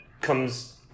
comes